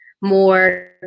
more